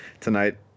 Tonight